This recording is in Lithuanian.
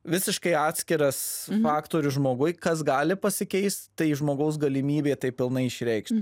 visiškai atskiras faktorius žmogui kas gali pasikeist tai žmogaus galimybė tai pilnai išreikšt